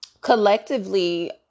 collectively